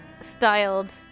styled